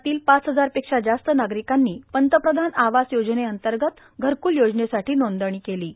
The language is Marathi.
त्यातील पाच हजार पेक्षा जास्त नार्गारकांनी पंतप्रधान आवास योजनेअंतगत घरकूल योजनेसाठो नोंदणी केलां